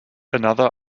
another